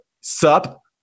sup